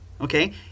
okay